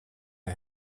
der